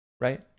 right